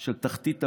של תחתית הביב.